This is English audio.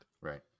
Right